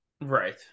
Right